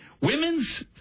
Women's